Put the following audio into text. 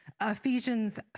Ephesians